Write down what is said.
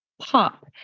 pop